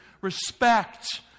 respect